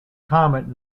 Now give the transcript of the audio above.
comet